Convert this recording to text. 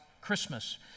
Christmas